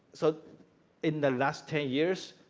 so in the last ten years,